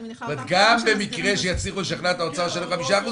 אני מניחה --- זאת אומרת שגם במקרה שיצליחו לשכנע את האוצר שייתן 5%,